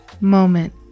moment